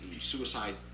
suicide